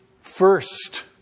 first